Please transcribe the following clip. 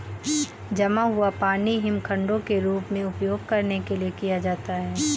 जमा हुआ पानी हिमखंडों के रूप में उपयोग करने के लिए किया जाता है